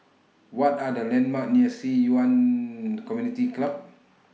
What Are The landmarks near Ci Yuan Community Club